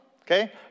okay